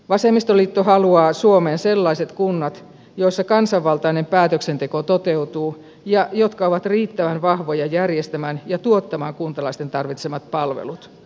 vasemmistoliitto haluaa suomeen sellaiset kunnat joissa kansanvaltainen päätöksenteko toteutuu ja jotka ovat riittävän vahvoja järjestämään ja tuottamaan kuntalaisten tarvitsemat palvelut